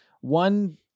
one